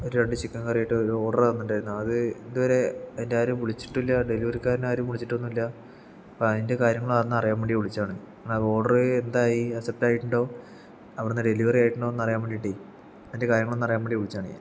ഒരു രണ്ട് ചിക്കൻ കറിയായിട്ട് ഒരു ഓർഡർ തന്നിണ്ടാർന്നു അത് ഇതുവരെ എന്നെ ആരും വിളിച്ചിട്ടില്ല ഡെലിവറിക്കാരനും ആരും വിളിച്ചട്ടൊന്നുമില്ല അപ്പം അതിൻ്റെ കാര്യങ്ങൾ അതൊന്നറിയാൻ വേണ്ടി വിളിച്ചതാണ് കാരണം ആ ഓർഡർ എന്തായി അത് സെറ്റായിട്ടുണ്ടോ അവിടുന്ന് ഡെലിവറി ആയിട്ടുണ്ടോന്ന് അറിയാൻ വേണ്ടീട്ട് അതിൻ്റെ കാര്യങ്ങളൊന്ന് അറിയാൻ വേണ്ടി വിളിച്ചതാണ് ഞാൻ